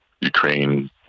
Ukraine